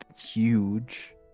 huge